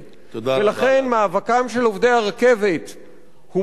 ולכן מאבקם של עובדי הרכבת הוא מאבק